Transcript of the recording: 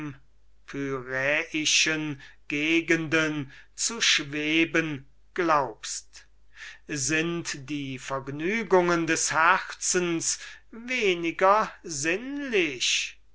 gegenden zu schweben glaubst sind die vergnügen des herzens weniger sinnlich